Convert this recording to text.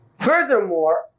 Furthermore